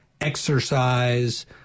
exercise